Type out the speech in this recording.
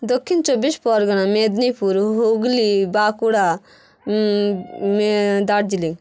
Dakshin Chobbish Pargana Medinipur Hooghly Bankura Darjeeling